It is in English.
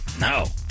no